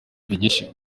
igice